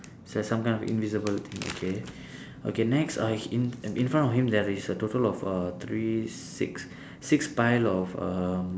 it's a some kind of invisible thing okay okay next uh in in front of him there is a total of uh three six six pile of um